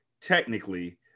technically